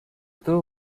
two